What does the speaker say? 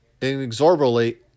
inexorably